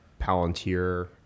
Palantir